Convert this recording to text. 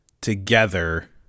together